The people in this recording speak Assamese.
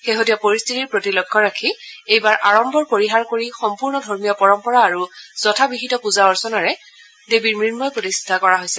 শেহতীয়া পৰিশ্বিতিৰ প্ৰতি লক্ষ্য ৰাখি এইবাৰ আড্ম্বৰ পৰিহাৰ কৰি সম্পূৰ্ণ ধৰ্মীয় পৰম্পৰা আৰু যথাবিহিত পুজা অৰ্চনাৰে আজি দেৱীৰ মন্ময় প্ৰতিমা প্ৰতিষ্ঠা কৰা হৈছে